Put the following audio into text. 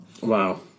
Wow